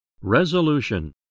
Resolution